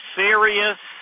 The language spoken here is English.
serious